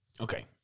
Okay